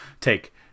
take